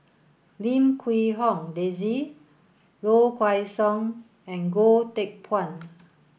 Lim Quee Hong Daisy Low Kway Song and Goh Teck Phuan